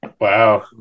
wow